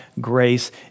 grace